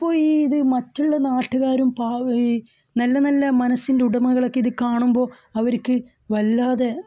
അപ്പോൾ ഈ ഇത് മറ്റുള്ള നാട്ടുകാരും പാവം ഈ നല്ല നല്ല മനസ്സിൻ്റെ ഉടമകളൊക്കെ ഇത് കാണുമ്പോൾ അവർക്ക് വല്ലാതെ